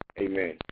Amen